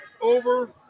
over